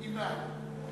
עם נהג.